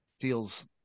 feels